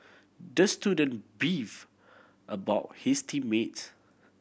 the student beef about his team mates